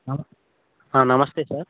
ఆ నమస్తే సార్